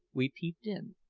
we peeped in.